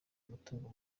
amatungo